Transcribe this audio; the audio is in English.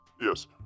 Yes